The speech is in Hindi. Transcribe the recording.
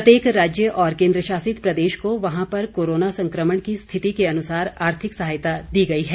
प्रत्येक राज्य और केन्द्रशासित प्रदेश को वहां पर कोरोना संक्रमण की स्थिति के अनुसार आर्थिक सहायता दी गई है